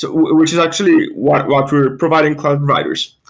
so which is actually what what we're providing cloud providers.